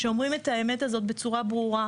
שאומרים את האמת הזאת בצורה ברורה,